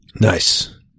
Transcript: Nice